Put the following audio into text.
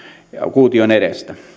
kuution edestä